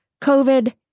COVID